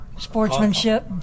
Sportsmanship